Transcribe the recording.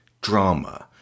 drama